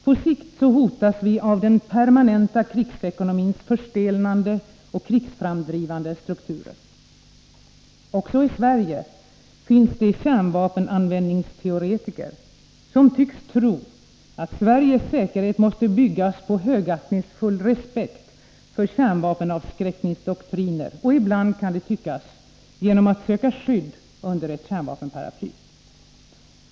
På sikt hotas vi av den permanenta krigsekonomins förstelnande och krigsframdrivande strukturer. Också i Sverige finns det ”kärnvapenanvändningsteoretiker” som tycks tro att Sveriges säkerhet måste byggas på högaktningsfull respekt för kärnvapenavskräckningsdoktriner och ibland, kan det tyckas, på att man söker skydd under ett kärnvapenparaply.